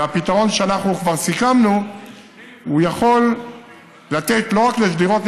והפתרון שכבר סיכמנו עליו יכול לתת לא רק לשדרות,